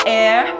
air